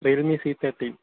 Realme C thirteen